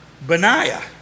Benaiah